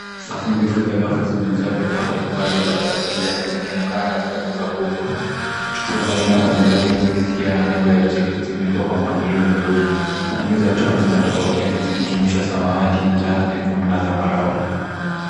Safu ndefu za rafu zimejaa bidhaa mbalimbali za kusafisha zikionekana katika duka kubwa. Chupa za aina mbalimbali nyingi zikiwa na nembo ya Jik zimewekwa kwa mpangilio mzuri. Rangi za chupa zinatofautiana zikijumuisha samawati, njano, nyekundu na zambarau.